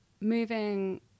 moving